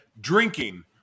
drinking